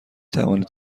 توانید